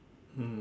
oh